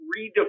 redefine